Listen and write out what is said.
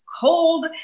cold